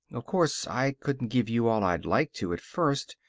of course, i couldn't give you all i'd like to, at first.